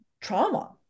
trauma